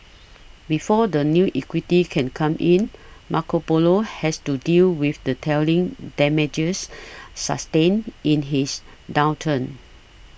before the new equity can come in Marco Polo has to deal with the telling damages sustained in his downturn